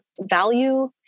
value